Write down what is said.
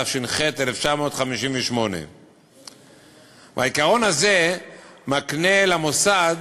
התשי"ח 1958. העיקרון הזה מקנה למוסד